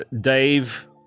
Dave